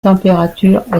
température